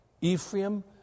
Ephraim